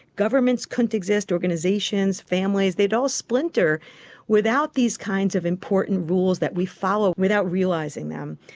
governments couldn't exist, organisations, families, they'd all splinter without these kinds of important rules that we follow without realising them.